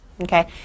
okay